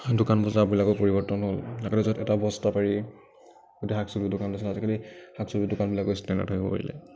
দোকান বজাৰবিলাকো পৰিৱৰ্তন হ'ল আগতে যত এটা বস্তা পাৰি গোটেই শাক চব্জি দোকান দিছিলে আজিকালি শাক চব্জি দোকানবিলাকো ষ্টেণ্ডাৰ্ট হৈ পৰিলে